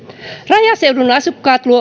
rajaseudun asukkaat luovat